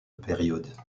périodes